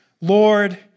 Lord